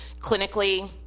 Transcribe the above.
clinically